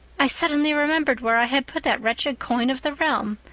i suddenly remembered where i had put that wretched coin of the realm.